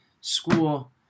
school